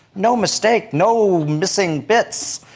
no mistake, no missing bits.